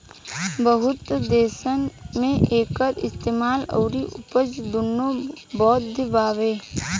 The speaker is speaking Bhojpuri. बहुत देसन मे एकर इस्तेमाल अउरी उपज दुनो बैध बावे